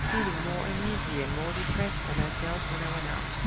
feeling more uneasy and more depressed than i felt when i went out